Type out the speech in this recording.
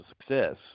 success